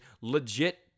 legit